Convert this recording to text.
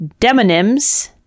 demonyms